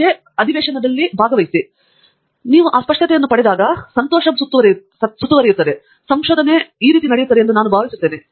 ಅರುಣ್ ನಂತರ ನೀವು ಆ ಸ್ಪಷ್ಟತೆಯನ್ನು ಪಡೆದಾಗ ಸಂತೋಷವು ಸುತ್ತುವರೆದಿದೆ ಮತ್ತು ಸಂಶೋಧನೆ ನಡೆಸುತ್ತದೆ ಎಂದು ನಾನು ಭಾವಿಸುತ್ತೇನೆ